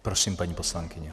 Prosím, paní poslankyně.